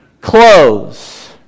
clothes